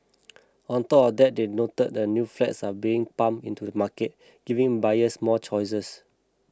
on top of that they noted that new flats are being pumped into the market giving buyers more choices